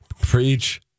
Preach